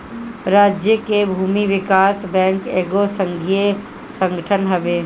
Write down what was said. राज्य के भूमि विकास बैंक एगो संघीय संगठन हवे